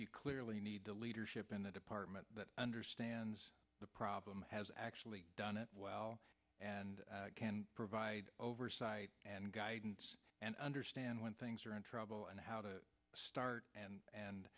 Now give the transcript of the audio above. you clearly need the leadership in the department that understands the problem has actually done it well and can provide oversight and guidance and understand when things are in trouble and how to start and and